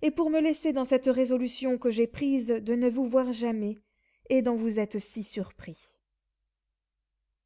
et pour me laisser dans cette résolution que j'ai prise de ne vous voir jamais et dont vous êtes si surpris